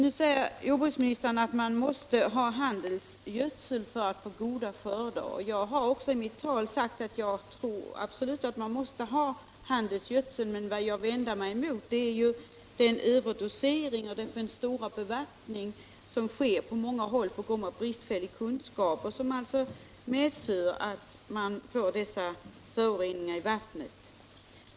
Nu säger jordbruksministern att man måste ha handelsgödsel för att få goda skördar. Jag har också sagt att jag absolut tror att handelsgödsel måste användas. Vad jag vänder mig mot är den överdosering och den stora bevattning som sker på många håll på grund av bristfälliga kunskaper och som orsakar dessa föroreningar i vattnet.